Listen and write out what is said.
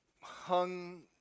hung